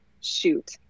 Shoot